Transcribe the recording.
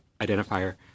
identifier